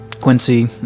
Quincy